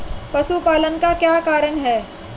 पशुपालन का क्या कारण है?